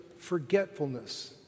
forgetfulness